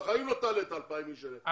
בחיים לא תעלה את ה-2,000 האנשים האלה,